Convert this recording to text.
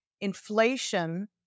inflation